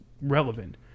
relevant